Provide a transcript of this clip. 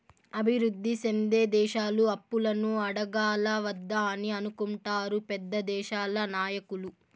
అభివృద్ధి సెందే దేశాలు అప్పులను అడగాలా వద్దా అని అనుకుంటారు పెద్ద దేశాల నాయకులు